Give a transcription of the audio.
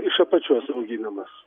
iš apačios auginimas